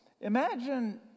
Imagine